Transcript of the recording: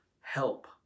help